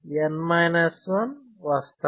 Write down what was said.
N 1 వస్తాయి